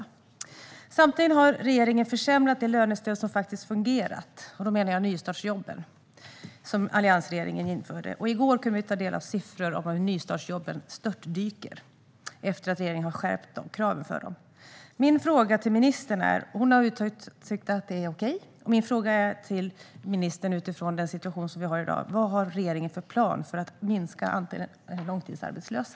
Samtidigt har regeringen försämrat det lönestöd som faktiskt fungerat: nystartsjobben, som alliansregeringen införde. I går kunde vi ta del av siffror över hur nystartsjobben störtdyker sedan regeringen skärpt kraven för dem. Ministern har uttryckt att detta är okej. Min fråga till ministern utifrån den situation som vi har i dag är: Vad har regeringen för plan för att minska andelen långtidsarbetslösa?